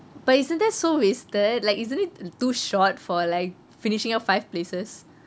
but isn't that so wasted like isn't it too short for like finishing up five places